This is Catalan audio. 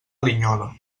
linyola